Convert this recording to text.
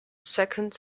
second